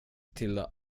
till